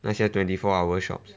那些 twenty four hour shops